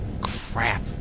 crap